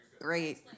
Great